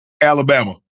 Alabama